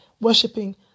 worshipping